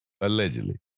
Allegedly